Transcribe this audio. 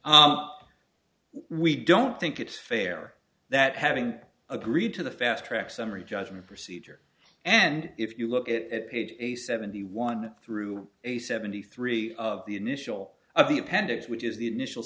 we don't think it's fair that having agreed to the fast track summary judgment procedure and if you look at page a seventy one through a seventy three the initial of the appendix which is the initial